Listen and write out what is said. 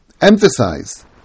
emphasize